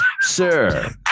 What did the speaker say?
Sir